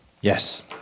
Yes